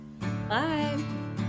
Bye